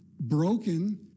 broken